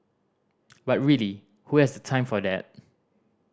but really who has time for that